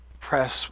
press